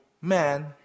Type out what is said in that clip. man